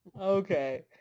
Okay